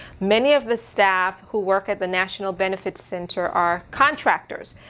many of the staff who work at the national benefit center are contractors.